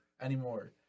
anymore